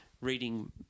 reading